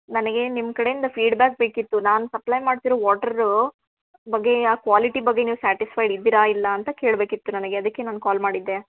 ನನಗೆ ನಿಮ್ಮ ಕಡೆಯಿಂದ ಫೀಡ್ಬ್ಯಾಕ್ ಬೇಕಿತ್ತು ನಾನು ಸಪ್ಲೈ ಮಾಡ್ತಿರೋ ವಾಟ್ರು ಬಗ್ಗೆ ಆ ಕ್ವಾಲಿಟಿ ಬಗ್ಗೆ ನೀವು ಸ್ಯಾಟಿಸ್ಫೈಡ್ ಇದ್ದೀರಾ ಇಲ್ಲ ಅಂತ ಕೇಳಬೇಕಿತ್ತು ನನಗೆ ಅದಕ್ಕೆ ನಾನು ಕಾಲ್ ಮಾಡಿದ್ದೆ